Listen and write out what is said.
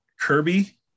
Kirby